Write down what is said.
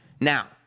Now